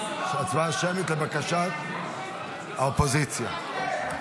לבקשת האופוזיציה.